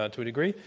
ah to a degree.